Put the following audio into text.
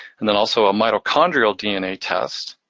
and then also a mitochondrial dna test,